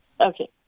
Okay